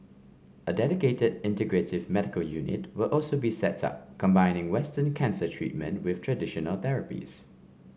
a dedicated integrative medical unit will also be set up combining Western cancer treatment with traditional therapies